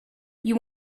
you